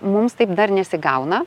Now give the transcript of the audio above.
mums taip dar nesigauna